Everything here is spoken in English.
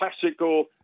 classical